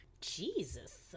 Jesus